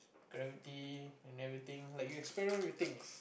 gravity and everything like you experiment with your things